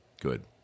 Good